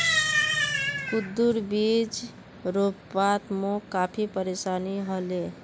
कद्दूर बीज रोपवात मोक काफी परेशानी ह ले